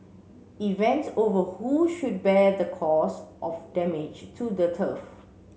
event over who should bear the cost of damage to the turf